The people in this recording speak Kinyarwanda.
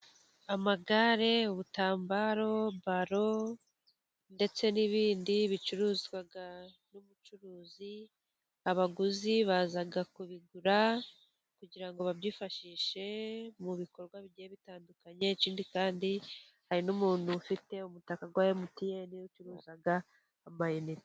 Amagare, ubutambaro, baro ndetse n'ibindi bicuruzwa n'umucuruzi, abaguzi baza kubigura kugira ngo babyifashishe mu bikorwa bigiye bitandukanye. Ikindi kandi hari n'umuntu ufite umutaka wa MTN ucuruza amayinite.